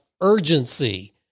urgency